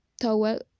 towel